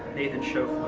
nathan schoeffler.